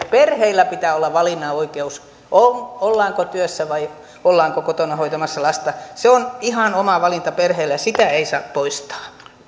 perheillä pitää olla valinnan oikeus ollaanko työssä vai ollaanko kotona hoitamassa lasta se on ihan oma valinta perheille ja sitä ei saa poistaa